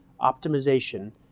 optimization